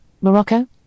Morocco